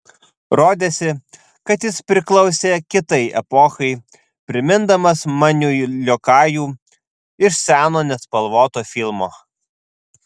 rodėsi kad jis priklausė kitai epochai primindamas maniui liokajų iš seno nespalvoto filmo